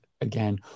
again